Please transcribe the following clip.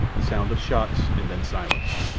the sound of shots, and then silence.